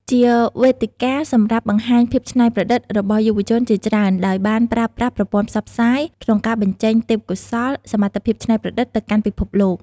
ជាវេទិកាសម្រាប់បង្ហាញភាពច្នៃប្រឌិតរបស់យុវជនជាច្រើន ដោយបានប្រើប្រាស់ប្រព័ន្ធផ្សព្វផ្សាយ ក្នុងការបញ្ចេញទេពកោសល្យ សមត្ថភាពច្នៃប្រឌិតទៅកាន់ពិភពលោក។